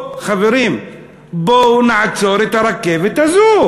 חברים, בואו נעצור את הרכבת הזאת.